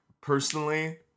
personally